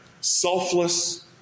Selfless